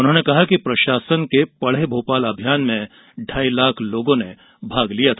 उन्होंने कहा कि पढ़े भोपाल अभियान में ढ़ाई लाख लोगों ने भाग लिया था